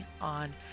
on